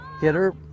Hitter